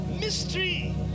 mystery